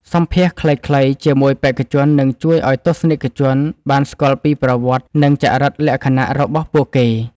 សម្ភាសន៍ខ្លីៗជាមួយបេក្ខជននឹងជួយឱ្យទស្សនិកជនបានស្គាល់ពីប្រវត្តិ និង ចរិតលក្ខណៈរបស់ពួកគេ។